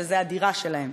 שזו הדירה שלהם.